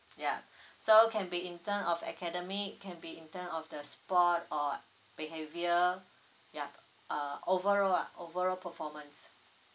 yup so can be in terms of academic can be in terms of the sport or behaviour yup uh overall ah overall performance